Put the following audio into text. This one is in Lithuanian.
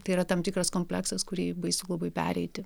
tai yra tam tikras kompleksas kurį baisu labai pereiti